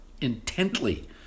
intently